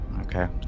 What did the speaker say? Okay